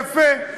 יפה.